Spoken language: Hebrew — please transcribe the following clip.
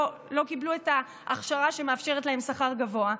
קיבלו את ההכשרה שמאפשרת להם שכר גבוה,